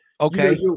Okay